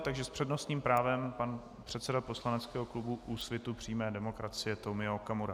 Takže s přednostním právem pan předseda poslaneckého klubu Úsvitu přímé demokracie Tomio Okamura.